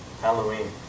Halloween